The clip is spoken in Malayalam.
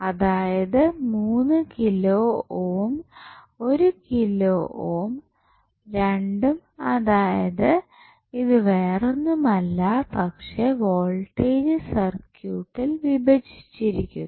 അതായത് മൂന്ന് കിലോ ഓം ഒരു കിലോ ഓം രണ്ടും അതായത് ഇത് വേറൊന്നുമല്ല പക്ഷേ വോൾട്ടേജ് സർക്യൂട്ടിൽ വിഭജിച്ചിരിക്കുന്നു